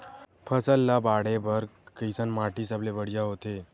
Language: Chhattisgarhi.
फसल ला बाढ़े बर कैसन माटी सबले बढ़िया होथे?